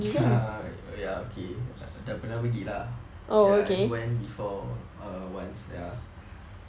err oh ya okay dah pernah pergi lah ya I went before uh once ya